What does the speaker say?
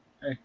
hey